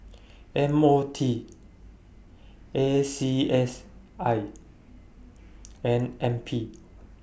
M O T A C S I and N P